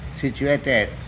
situated